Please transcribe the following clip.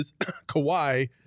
Kawhi